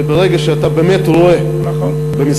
וברגע שאתה באמת רואה במשרד,